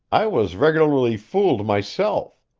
i was regularly fooled, myself.